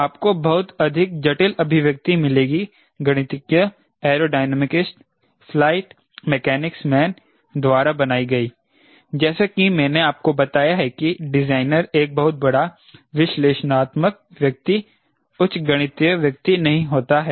आपको बहुत अधिक जटिल अभिव्यक्ति मिलेगी गणितज्ञ एयरोडायनामिकिस्ट फ़्लाइट मैकेनिक्स मैन द्वारा बनाई गई जैसा कि मैंने आपको बताया कि डिजाइनर एक बहुत बड़ा विश्लेषणात्मक व्यक्ति उच्च गणितीय व्यक्ति नहीं होता है